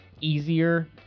easier